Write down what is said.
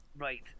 Right